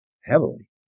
heavily